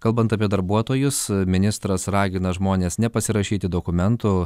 kalbant apie darbuotojus ministras ragina žmones nepasirašyti dokumentų